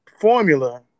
formula